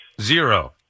Zero